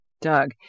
Doug